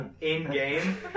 in-game